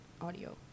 audio